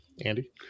Andy